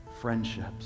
Friendships